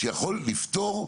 שיכול לפתור.